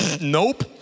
nope